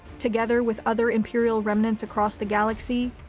together with other imperial remnants across the galaxy,